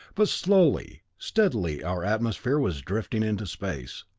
but slowly, steadily our atmosphere was drifting into space.